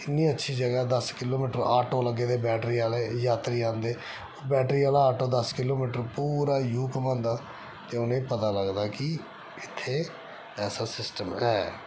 इन्नी अच्छी जगह दस्स किलोमीटर ऑटो लग्गे दे बैटरी आह्ले यात्री आंदे ओह् बैटरी आह्ला दस्स किलोमीटर पूरा जू घमांदा ते उ'नेंगी पता लगदा कि इत्थै ऐसा सिस्टम ऐ